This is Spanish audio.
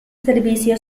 servicio